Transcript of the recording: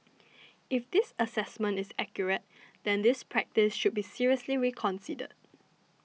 if this assessment is accurate then this practice should be seriously reconsidered